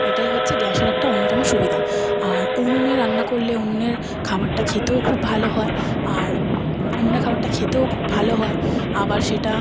এটাই হচ্ছে গ্যাসের একটা অন্যতম সুবিধা আর উনুনে রান্না করলে উনুনের খাবারটা খেতেও খুব ভালো হয় আর উনুনে খাবারটা খেতেও খুব ভালো হয় আবার সেটা